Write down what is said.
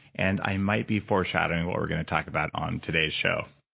and i might be foreshadowing what we're going to talk about on today's show